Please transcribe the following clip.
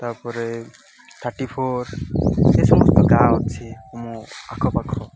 ତା'ପରେ thirty four ଏ ସମସ୍ତ ଗାଁ ଅଛି ଆଖ ପାଖ